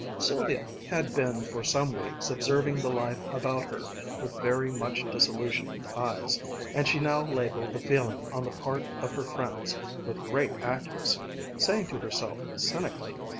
sylvia had been for some weeks observing the life about her with very much disillusioned eyes and she now labeled the feeling on the part of her friends with great accuracy, saying to herself cynically,